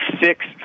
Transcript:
six